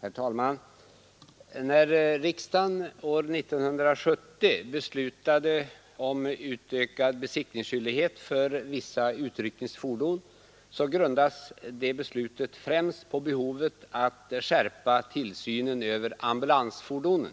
Herr talman! När riksdagen år 1970 beslutade om utökad besiktningsskyldighet för vissa utryckningsfordon, grundades det beslutet främst på behovet att skärpa tillsynen över ambulansfordonen.